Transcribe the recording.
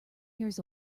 years